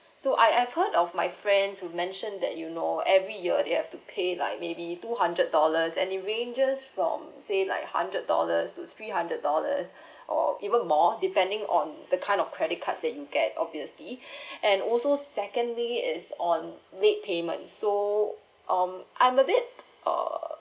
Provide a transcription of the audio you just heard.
so I have heard of my friends who mentioned that you know every year they have to pay like maybe two hundred dollars and it ranges from say like hundred dollars to three hundred dollars or even more depending on the kind of credit card that you get obviously and also secondly is on late payment so um I'm a bit err